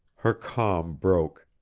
her calm broke.